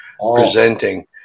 presenting